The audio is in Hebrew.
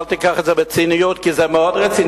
אל תיקח את זה בציניות כי זה מאוד רציני,